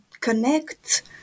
connect